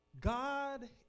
God